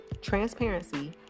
transparency